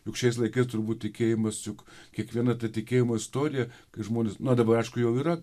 juk šiais laikais turbūt tikėjimas juk kiekviena ta tikėjimo istorija kai žmonės na dabar aišku jau yra